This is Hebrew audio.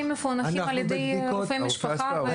כי הם מפוענחים על ידי רופאי משפחה,